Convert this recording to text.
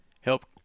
help